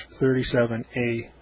37A